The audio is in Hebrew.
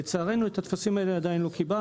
לצערנו, את הטפסים האלה עדיין לא קיבלנו.